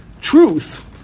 truth